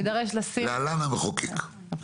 להלן המחוקק.